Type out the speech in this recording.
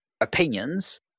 opinions